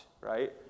right